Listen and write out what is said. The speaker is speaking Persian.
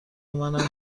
منم